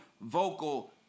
vocal